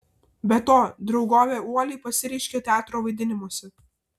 be to draugovė uoliai pasireiškė teatro vaidinimuose